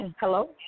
Hello